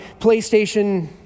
PlayStation